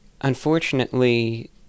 Unfortunately